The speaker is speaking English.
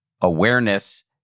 awareness